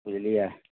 बुझलिए